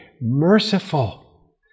merciful